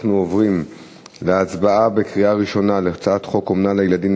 אנחנו עוברים להצבעה בקריאה ראשונה על הצעת חוק אומנה לילדים,